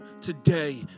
today